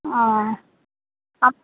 ও আপনি